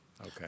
Okay